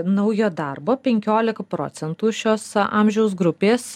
naujo darbo penkiolika procentų šios amžiaus grupės